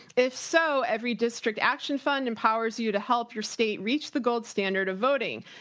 if so, everydistrict action fund empowers you to help your state reach the gold standard of voting.